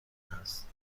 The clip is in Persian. هست